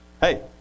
hey